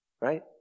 right